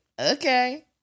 okay